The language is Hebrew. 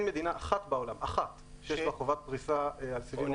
אין מדינה אחת בעולם שיש לה חובת פריסה על סיבים.